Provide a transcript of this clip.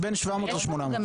בין 700 ל-800.